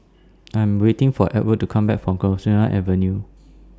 I Am waiting For to Come Back from Avenue